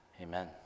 Amen